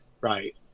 right